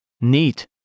neat